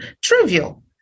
trivial